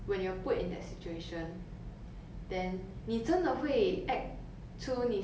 出你想象的那样吗你真的会那么伟大吗真的会那么好吗